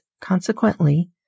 consequently